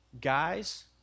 Guys